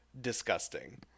disgusting